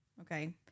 Okay